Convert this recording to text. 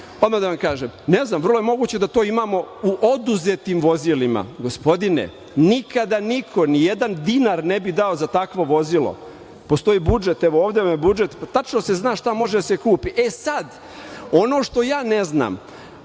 odmah da vam kažem, ne znam, vrlo je moguće da to imamo u oduzetim vozilima. Gospodine, nikada niko ni jedan dinar ne bi dao za takvo vozilo. Postoji budžet, evo ovde vam je, tačno se zna šta može da se kupi. E sad, ono što ja ne znam,